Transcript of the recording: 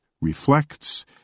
reflects